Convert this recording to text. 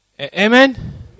Amen